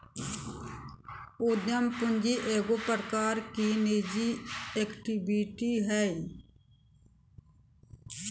उद्यम पूंजी एगो प्रकार की निजी इक्विटी हइ